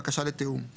בקשה לתיאום);